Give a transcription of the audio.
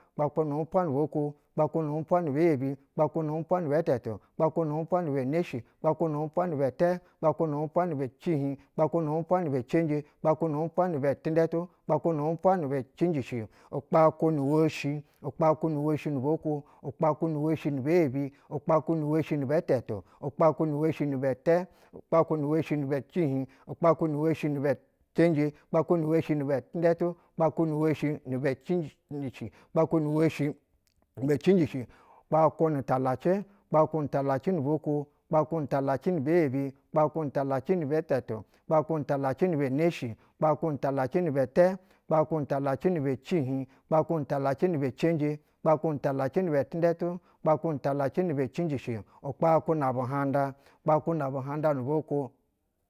Kpakwu nu umpwa nu bwa kwo kpakwu nu umpwa ni bɛ yebi kpakwu nu umpwa nibɛ tɛtu kpakwunu umpwa ni bɛ neshi kpakwu nu umpwa, ni bɛtɛ kpakwu nu umpwa hi bɛ cihiɧ kapkwu nu umpwa ni bɛ cenje kpakwu nu umpwa ni bɛ tindstu kpakwu nu umpwa ni bɛ cinjishi ukpakwu nu woshi ukpakwu nu woshi nu bwa kwo ukpakwu nu woshi nibɛ yebi ukpakwu nu woshi nibɛ tɛtu ukpakwu nu woshi ni bɛtɛ ukpakwu nu woshi ni bɛ cihiɧ ukpakwu nu woshi ni bɛcenje ukpakwu nu woshi ni bɛ tinɛtu ukpakwu nu woshi ni bɛ cin njishi ukpakwu nu woshi ni bɛ cin cinjishi kap kwu nu talacɛ ukpakwu nu talacɛ nu bwa kwo, kpakwu nu talacɛ ni bɛ yebi, kpakwu nu talacɛ ni bɛ tɛtu kpakwu nu talacɛ ni bɛ neshi kpakwu nu talacɛ ni bɛtɛ kpakwu nu talacɛ ni bɛ cihiɧ kpakwu nu talacɛ ni bɛ cenje kpakwu nu talacɛ ni bɛ tindɛtu kpakwu nu talacɛ ni bɛ cinjisai ukpakwu na buhanda, ukpakwu na buhanƌa nu bwa kwo.